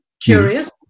curious